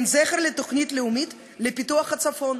אין זכר לתוכנית לאומית לפיתוח הצפון,